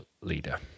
leader